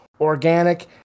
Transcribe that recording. organic